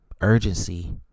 urgency